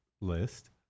list